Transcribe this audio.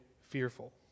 fearful